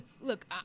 Look